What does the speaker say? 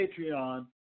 Patreon